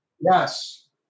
Yes